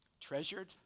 treasured